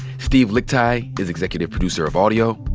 steve lickteig is executive producer of audio.